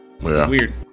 Weird